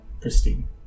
pristine